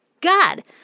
god